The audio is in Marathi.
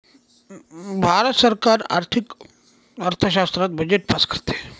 भारत सरकार आर्थिक अर्थशास्त्रात बजेट पास करते